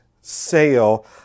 sale